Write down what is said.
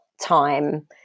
time